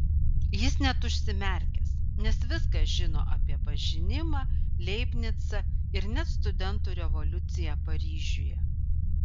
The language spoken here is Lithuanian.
jis net užsimerkęs nes viską žino apie pažinimą leibnicą ir net studentų revoliuciją paryžiuje